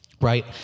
Right